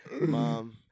Mom